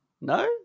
No